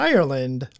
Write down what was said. Ireland